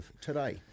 today